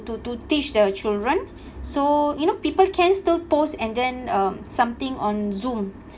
to to teach their children so you know people can still post and then uh something on zoom